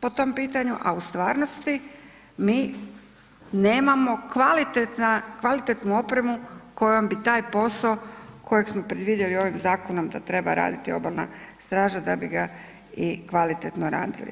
po tom pitanju a u stvarnosti mi nemamo kvalitetnu opremu kojom bi taj posao kojeg smo predvidjeli ovim zakonom da treba raditi obalna straža da bi ga i kvalitetno radili.